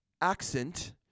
accent